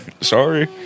sorry